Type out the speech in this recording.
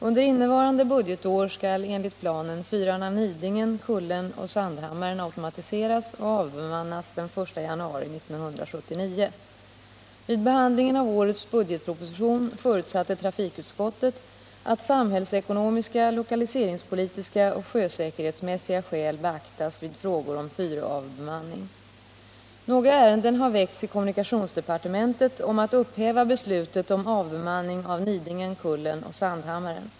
Under innevarande budgetår skall enligt planen fyrarna Nidingen, Kullen och Sandhammaren automatiseras och avbemannas den 1 januari 1979. Vid behandlingen av årets budgetproposition förutsatte trafikutskottet att samhällsekonomiska, lokaliseringspolitiska och sjösäkerhetsmässiga skäl beaktas vid frågor om fyravbemanning. Några ärenden har väckts i kommunikationsdepartementet om att upphäva beslutet om avbemanning av Nidingen, Kullen och Sandhammaren.